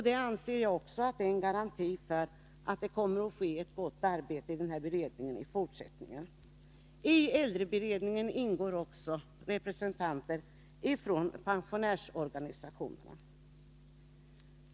Det anser jag också vara en garanti för att det kommer att ske ett gott arbete i den här beredningen i fortsättningen. I äldreberedningen ingår representanter från pensionärsorganisationerna.